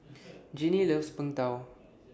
Ginny loves Png Tao